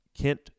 Kent